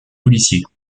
policiers